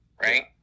Right